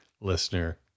listener